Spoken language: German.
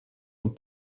und